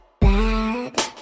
bad